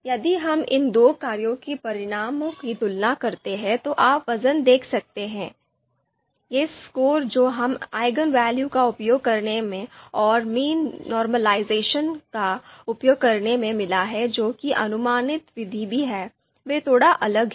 यदि हम इन दो कार्यों के परिणामों की तुलना करते हैं तो आप वज़न देख सकते हैं ये स्कोर जो हमें Eigenvalue का उपयोग करने और मीन नॉर्मलाइज़ेशन का उपयोग करने के लिए मिला है जो कि अनुमानित विधि भी है वे थोड़ा अलग हैं